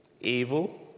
Evil